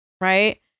Right